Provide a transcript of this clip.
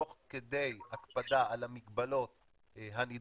תוך כדי הקפדה על המגבלות הנדרשות,